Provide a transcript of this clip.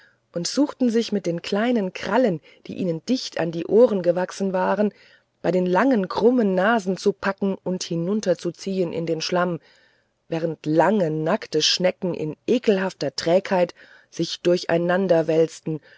und suchten sich mit den kleinen krallen die ihnen dicht an die ohren gewachsen waren bei den langen krummen nasen zu packen und hinunterzuziehen in den schlamm während lange nackte schnecken in ekelhafter trägheit sich